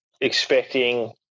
expecting